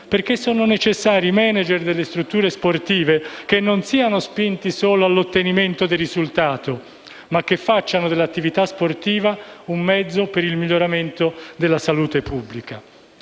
perché sono necessari *manager* delle strutture sportive che non siano spinti solo dall'ottenimento del risultato, ma che facciano dell'attività sportiva un mezzo per il miglioramento della salute pubblica.